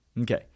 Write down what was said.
Okay